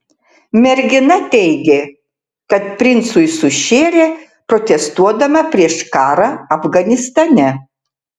mergina teigė kad princui sušėrė protestuodama prieš karą afganistane